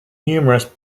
numerous